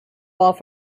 off